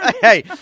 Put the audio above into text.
hey